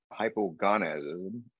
hypogonadism